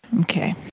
Okay